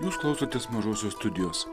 jūs klausotės mažosios studijos